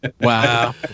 wow